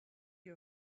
you